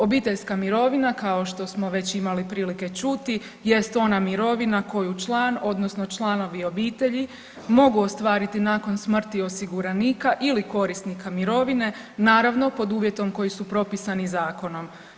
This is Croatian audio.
Obiteljska mirovina kao što smo već imali prilike čuti jest ona mirovina koju član odnosno članovi obitelji mogu ostvariti nakon smrti osiguranika ili korisnika mirovine, naravno, pod uvjetom koji su propisani zakonom.